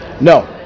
No